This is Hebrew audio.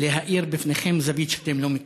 להאיר בפניכם זווית שאתם לא מכירים.